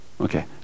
okay